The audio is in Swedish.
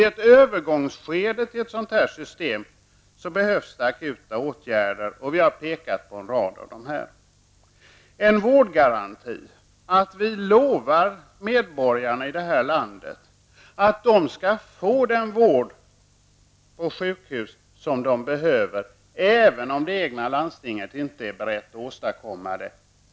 I ett övergångsskede till ett sådant system behövs det akuta åtgärder, och vi har pekat på en rad sådana. Det behövs en vårdgaranti -- att vi lovar medborgarna i detta land att de skall få den vård på sjukhus som de behöver, även om det egna landstinget inte är berett att åstadkomma detta.